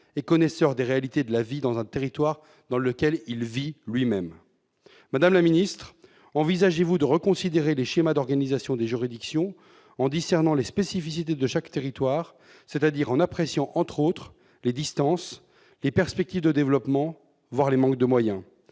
et connaisseur des réalités de la vie d'un territoire dans lequel il vit lui-même. Madame la ministre, envisagez-vous de reconsidérer les schémas d'organisation des juridictions, en discernant les spécificités de chaque territoire, c'est-à-dire en appréciant, entre autres, les distances, les perspectives de développement et les manques de moyens ?